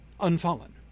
unfallen